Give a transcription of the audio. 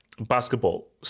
basketball